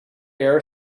air